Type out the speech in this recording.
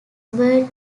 were